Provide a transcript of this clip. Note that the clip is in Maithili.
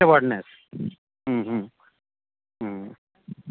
awareness hmm hmm hmm